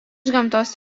gamtos